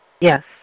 Yes